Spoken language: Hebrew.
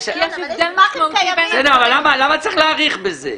למה להאריך בזה?